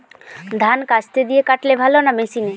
ধান কাস্তে দিয়ে কাটলে ভালো না মেশিনে?